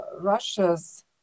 Russia's